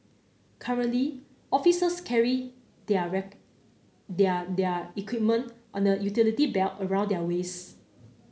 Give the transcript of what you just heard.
currently officers carry their their their equipment on a utility belt around their waists